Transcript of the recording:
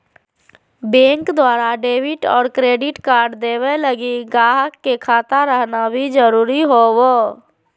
bank द्वारा debit और credit card देवे लगी गाहक के खाता रहना भी जरूरी होवो